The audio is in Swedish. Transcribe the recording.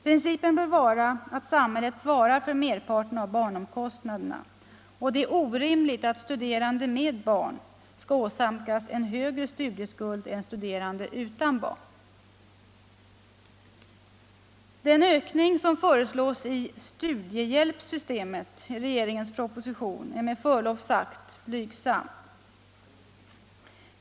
Principen bör vara att samhället svarar för merparten av barnomkostnaderna. Det är orimligt att studerande med barn skall åsamkas en högre studieskuld än studerande utan barn. Den ökning som föreslås i studiehjälpssystemet i regeringens proposition är med förlov sagt blygsam.